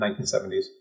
1970s